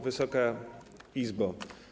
Wysoka Izbo!